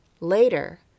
Later